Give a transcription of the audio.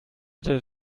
der